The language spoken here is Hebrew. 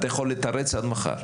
אתה יכול לתרץ עד מחר.